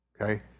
Okay